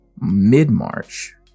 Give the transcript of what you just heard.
mid-March